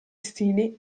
stili